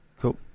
Cool